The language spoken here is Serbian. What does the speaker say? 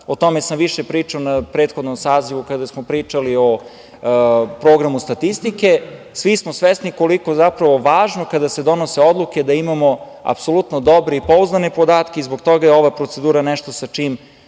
O tome sam više pričao na prethodnom sazivu kada smo pričali o programu statistike. Svi smo svesni koliko zapravo, važno kada se donose odluke da imamo apsolutno dobre i pouzdane podatke i zbog toga je ova procedura nešto sa čim